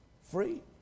free